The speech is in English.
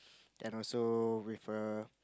and also with a